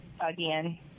again